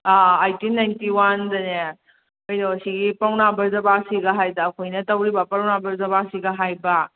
ꯑꯥ eighteen ninety ꯋꯥꯟꯗꯅꯦ ꯀꯩꯅꯣ ꯁꯤꯒꯤ ꯄꯥꯎꯅꯥ ꯕ꯭ꯔꯖꯕꯥꯁꯤꯒ ꯍꯥꯏꯗ ꯑꯩꯈꯣꯏꯅ ꯇꯧꯔꯤꯕ ꯄꯥꯎꯅꯥ ꯕ꯭ꯔꯖꯕꯥꯁꯤꯒ ꯍꯥꯏꯕ